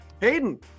Hayden